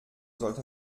sollte